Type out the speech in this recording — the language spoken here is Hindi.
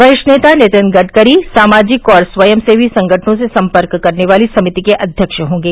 वरिष्ठ नेता नितिन गडकरी सामाजिक और स्वयंसेवी संगठनों से संपर्क करने वाली समिति के अध्यक्ष होंगे